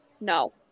No